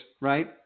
right